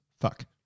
fuck